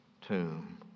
tomb